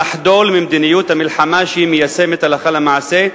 לחדול ממדיניות המלחמה שהיא מיישמת הלכה למעשה.